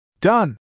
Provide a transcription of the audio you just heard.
Done